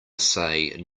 say